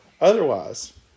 otherwise